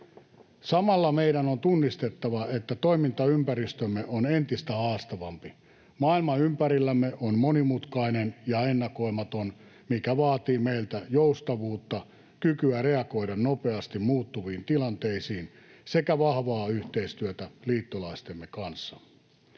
Samalla meidän on tunnistettava, että toimintaympäristömme on entistä haastavampi. Maailma ympärillämme on monimutkainen ja ennakoimaton, mikä vaatii meiltä joustavuutta, kykyä reagoida nopeasti muuttuviin tilanteisiin sekä vahvaa yhteistyötä liittolaistemme kanssa.